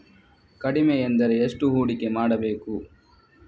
ಕಡಿಮೆ ಎಂದರೆ ಎಷ್ಟು ಹೂಡಿಕೆ ಮಾಡಬೇಕು?